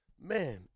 man